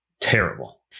Terrible